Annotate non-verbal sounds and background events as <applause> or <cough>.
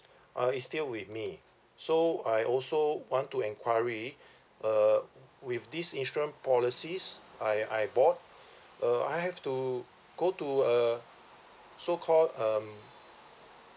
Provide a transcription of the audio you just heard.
uh it still with me so I also want to enquiry <breath> uh with this insurance policies I I bought <breath> uh I have to go to uh so called um